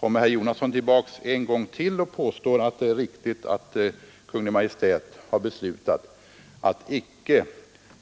Kommer herr Jonasson tillbaka en gång till och påstår att Kungl. Maj:t har beslutat att icke